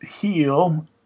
Heal